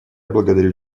благодарю